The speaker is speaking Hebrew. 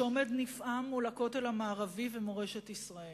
שעומד נפעם מול הכותל המערבי ומורשת ישראל.